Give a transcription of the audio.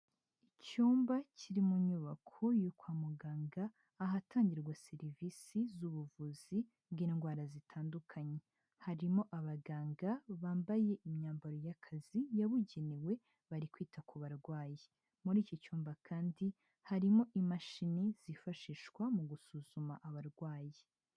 Icyumba kiri mu nyubako yo kwa muganga ahatangirwa serivisi z'ubuvuzi bw'indwara zitandukanye, harimo abaganga bambaye imyambaro y'akazi yabugenewe bari kwita ku barwayi, muri icyo cyumba kandi harimo imashini zifashishwa mu gusuzuma abarwayi.